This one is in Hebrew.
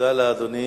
תודה לאדוני.